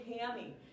hammy